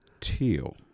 Teal